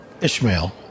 Ishmael